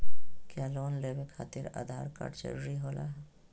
क्या लोन लेवे खातिर आधार कार्ड जरूरी होला?